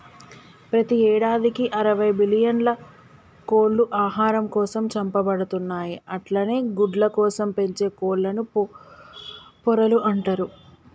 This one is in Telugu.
ప్రతి యేడాదికి అరవై బిల్లియన్ల కోళ్లు ఆహారం కోసం చంపబడుతున్నయి అట్లనే గుడ్లకోసం పెంచే కోళ్లను పొరలు అంటరు